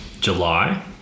July